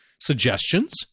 suggestions